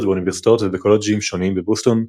באוניברסיטאות ובקולג'ים שונים בבוסטון,